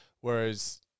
Whereas